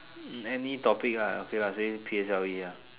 hmm any topic ah okay lah say P_S_L_E ah